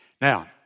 Now